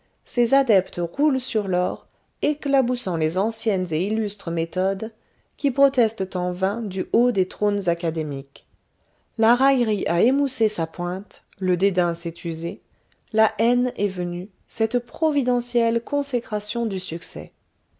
ses adeptes roulent sur l'or éclaboussant les anciennes et illustres méthodes qui protestent en vain du haut des trônes académiques la raillerie a émoussé sa pointe le dédain s'est usé la haine est venue cette providentielle consécration du succès